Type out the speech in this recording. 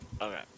Okay